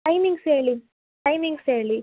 timings ಹೇಳಿ timings ಹೇಳಿ